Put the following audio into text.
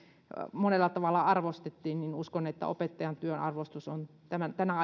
monella tavalla arvostettiin ja uskon että opettajan työn arvostus on tänä